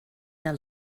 del